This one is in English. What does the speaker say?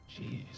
Jeez